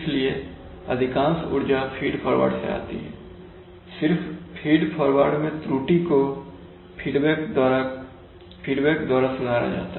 इसलिए अधिकांश ऊर्जा फीड फॉरवर्ड से आती है और सिर्फ फीड फॉरवर्ड में त्रुटि को फीडबैक कंट्रोल द्वारा सुधारा जाता है